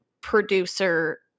producer